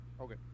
Okay